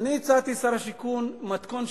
שר השיכון, מתכון שהצליח,